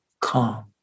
calm